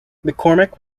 mccormick